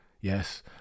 yes